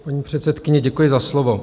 Paní předsedkyně, děkuji za slovo.